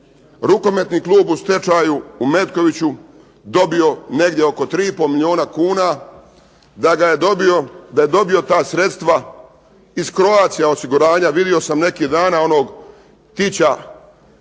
Rukometni klub u stečaju u Metkoviću dobio negdje oko 3,5 milijuna kuna, da je dobio ta sredstva iz Croatia osiguranja. Vidio sam neki dana onog tića